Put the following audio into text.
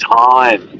time